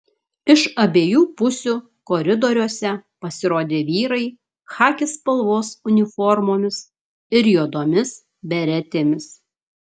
iš abiejų pusių koridoriuose pasirodė vyrai chaki spalvos uniformomis ir juodomis beretėmis